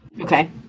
Okay